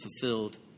fulfilled